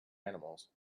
animals